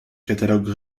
catalogue